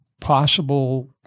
possible